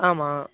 ஆமாம்